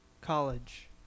college